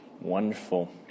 Wonderful